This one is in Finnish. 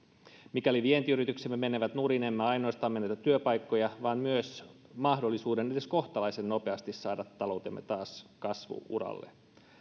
mikäli vientiyrityksemme menevät nurin emme ainoastaan menetä työpaikkoja vaan myös mahdollisuuden edes kohtalaisen nopeasti saada taloutemme taas kasvu uralle